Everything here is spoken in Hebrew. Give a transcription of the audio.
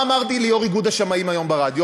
מה אמרתי ליושב-ראש איגוד השמאים ברדיו?